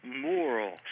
moral